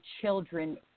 children